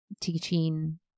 teaching